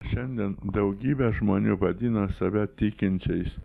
šiandien daugybė žmonių vadina save tikinčiais